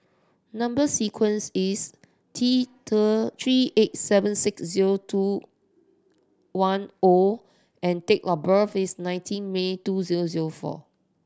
number sequence is T three eight seven six zero two one O and date of birth is nineteen May two zero zero four